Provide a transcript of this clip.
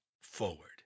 forward